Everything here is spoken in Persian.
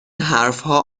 حرفها